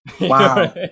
Wow